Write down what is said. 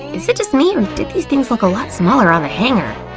is it just me or did these things look a lot smaller on the hanger?